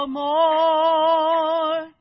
more